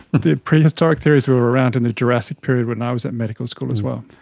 but the prehistoric theories were around in the jurassic period when i was at medical school as well,